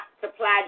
supplied